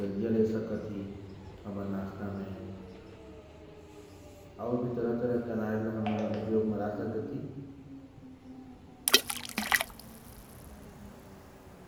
दलिया।